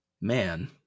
man